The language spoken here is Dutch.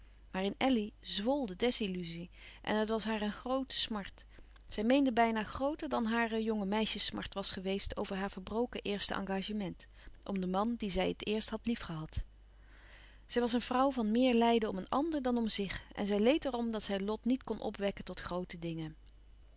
in elly zwl de desilluzie en het was haar een groote smart zij meende bijna grooter dan hare jonge meisjes smart was geweest over haar verbroken eerste engagement om den man dien zij het eerst had lief gehad zij was een vrouw van meer lijden om een ander dan om zch en zij leed er om dat zij lot niet kon opwekken tot groote dingen